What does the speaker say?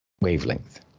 wavelength